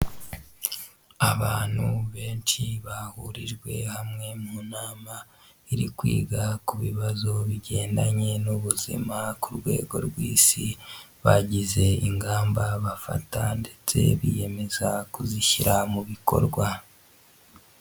Abantu benshi bahurijwe hamwe mu nama, iri kwiga ku bibazo bigendanye n'ubuzima, ku rwego rw'isi, bagize ingamba bafata ndetse biyemeza kuzishyira mu bikorwa.